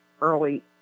early